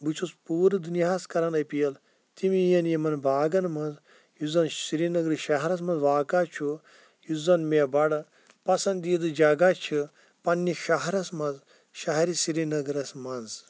بہٕ چھُس پوٗرٕ دُنیاہَس کَران اپیٖل تِم یِیِنۍ یِمَن باغَن منٛز یُس زَن سرینگرٕ شہرَس منٛز واقع چھُ یُس زَن مےٚ بَڑٕ پَسنٛدیٖدٕ جَگہ چھِ پنٛنِس شہرَس منٛز شہرِ سرینگرَس منٛز